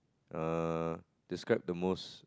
err describe the most